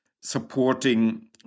supporting